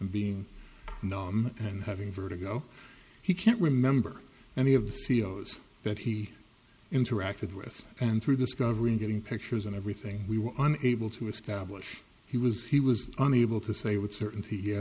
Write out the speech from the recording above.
and being and having vertigo he can't remember any of the ceo's that he interacted with and through discovery in getting pictures and everything we were able to establish he was he was unable to say with certain